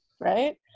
right